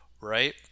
right